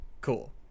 cool